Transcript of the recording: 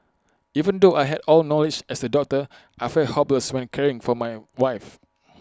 even though I had all noise as A doctor I felt hopeless when caring for my wife